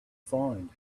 find